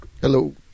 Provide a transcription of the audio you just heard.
Hello